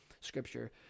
scripture